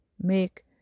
make